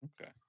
Okay